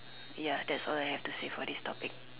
ya that's all I have to say for this topic